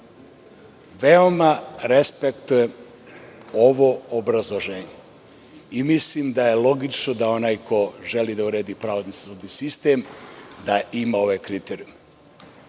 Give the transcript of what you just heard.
respektujem ovo obrazloženje i mislim da je logično da onaj ko uredi pravosudni sistem da ima ove kriterijume.